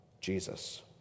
Jesus